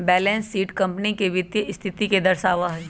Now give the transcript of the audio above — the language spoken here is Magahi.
बैलेंस शीट कंपनी के वित्तीय स्थिति के दर्शावा हई